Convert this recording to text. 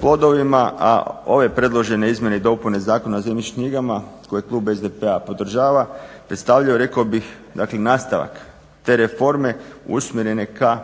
plodovima, a ove predložene izmjene i dopune Zakona o zemljišnim knjigama koje klub SDP-a podržava predstavljaju rekao bih nastavak te reforme usmjerene k